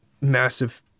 massive